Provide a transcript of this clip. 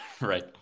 Right